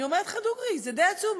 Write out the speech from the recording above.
אני אומרת לך דוגרי, זה די עצוב.